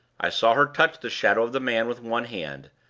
i saw her touch the shadow of the man with one hand,